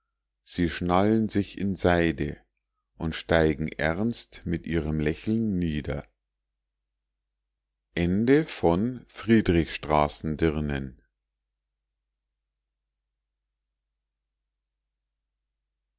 sie schnallen sich in seide und steigen ernst mit ihrem lächeln nieder